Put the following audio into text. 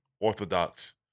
Orthodox